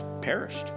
perished